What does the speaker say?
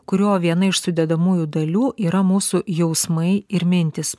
kurio viena iš sudedamųjų dalių yra mūsų jausmai ir mintys